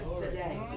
today